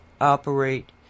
operate